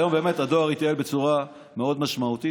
היום הדואר באמת התייעל בצורה מאוד משמעותית.